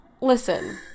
Listen